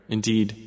Indeed